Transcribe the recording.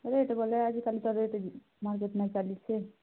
rate ବୋଲେ ଆଜିକାଲି ତ ରେଟ୍ ଚାଲିଛେ